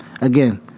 again